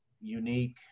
unique